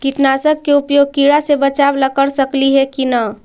कीटनाशक के उपयोग किड़ा से बचाव ल कर सकली हे की न?